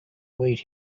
wait